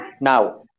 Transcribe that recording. Now